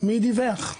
מי דיווח.